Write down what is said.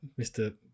mr